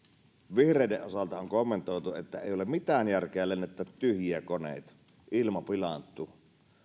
vihreiden osalta on kommentoitu että ei ole mitään järkeä lennättää tyhjiä koneita ilma pilaantuu